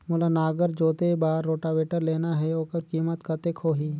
मोला नागर जोते बार रोटावेटर लेना हे ओकर कीमत कतेक होही?